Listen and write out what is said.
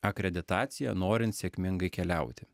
akreditaciją norint sėkmingai keliauti